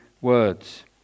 words